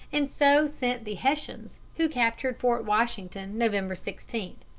and so sent the hessians, who captured fort washington, november sixteen.